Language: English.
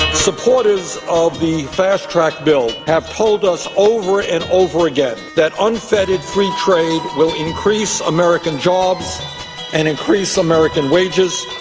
supporters of the fast track bill have told us over and over again that unfettered free trade will increase american jobs and increase american wages,